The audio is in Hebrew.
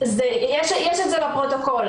יש את זה בפרוטוקול,